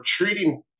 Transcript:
treating